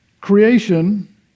Creation